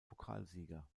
pokalsieger